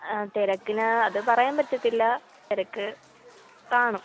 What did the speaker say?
ആ തിരക്കിന് അത് പറയാൻ പറ്റത്തില്ല തിരക്ക് കാണും